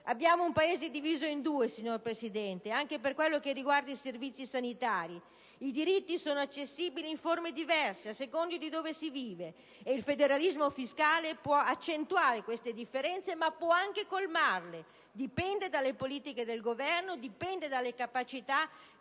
Abbiamo un Paese diviso in due, signor Presidente, anche per quello che riguarda i servizi sanitari. I diritti sono accessibili in forme diverse a seconda di dove si vive; il federalismo fiscale può accentuare queste differenze ma può anche colmarle, dipende dalle politiche del Governo e dalla capacità